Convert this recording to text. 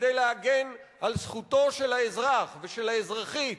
וכדי להגן על זכותם של האזרח ושל האזרחית